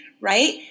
right